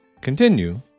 continue